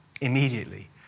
immediately